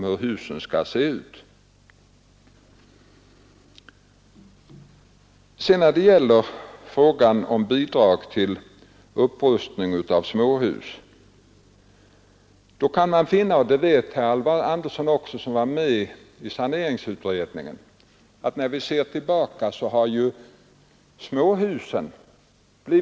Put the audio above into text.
Herr Claeson har tagit upp frågan om man skall göra något speciellt just i dag för att bringa ner hyreskostnaderna i de senare årgångarna och i den produktion som nu är aktuell.